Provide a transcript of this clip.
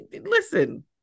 listen